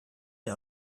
den